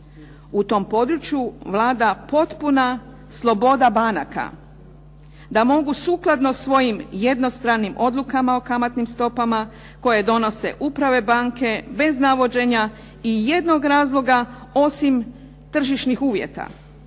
U tom području vlada potpuna sloboda banaka da mogu sukladno svojim jednostranim odlukama o kamatnim stopama, koje donose uprave banke bez navođenja ijednog razloga osim tržišnih uvjeta,